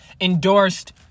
Endorsed